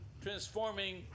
transforming